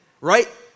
right